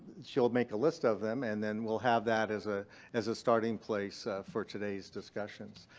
she'll make a list of them and then we'll have that as ah as a starting place for today's discussions.